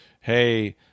hey